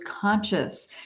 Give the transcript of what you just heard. conscious